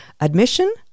admission